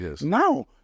Now